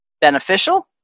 beneficial